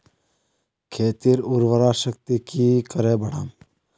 खेतीर उर्वरा शक्ति की करे बढ़ाम?